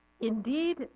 Indeed